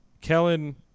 Kellen